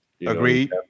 Agreed